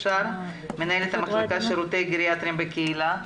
מנהלת המחלקה שירותי גריאטריים בקהילה.